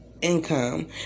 income